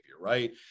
right